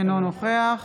אינו נוכח